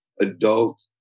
adult